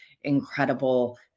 incredible